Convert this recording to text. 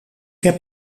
heb